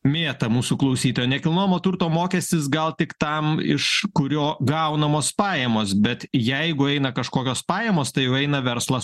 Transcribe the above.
mėta mūsų klausytoja nekilnojamo turto mokestis gal tik tam iš kurio gaunamos pajamos bet jeigu eina kažkokios pajamos tai jau eina verslas